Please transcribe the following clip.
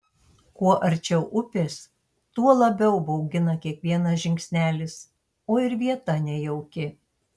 kuo arčiau upės tuo labiau baugina kiekvienas žingsnelis o ir vieta nejauki